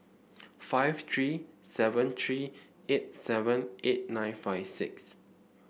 five three seven three eight seven eight nine five six